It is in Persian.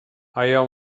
آیا